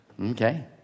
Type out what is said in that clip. Okay